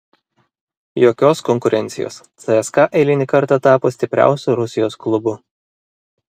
jokios konkurencijos cska eilinį kartą tapo stipriausiu rusijos klubu